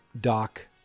Doc